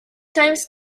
times